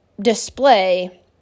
display